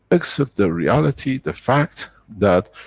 except the reality, the fact that,